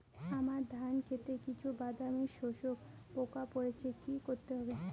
আমার ধন খেতে কিছু বাদামী শোষক পোকা পড়েছে কি করতে হবে?